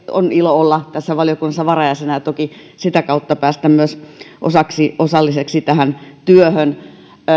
on ilo olla tässä valiokunnassa varajäsenenä ja toki sitä kautta päästä myös osalliseksi tähän työhön